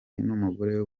numugore